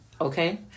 Okay